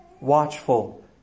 watchful